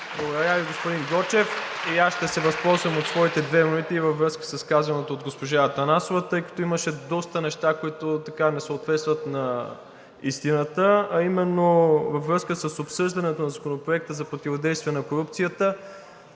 Благодаря Ви, господин Гочев. И аз ще се възползвам от своите две минути във връзка с казаното от госпожа Атанасова, тъй като имаше доста неща, които не съответстват на истината, а именно във връзка с обсъждането на Законопроекта за противодействие на корупцията.